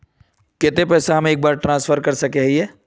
केते पैसा हम एक बार ट्रांसफर कर सके हीये?